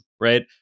right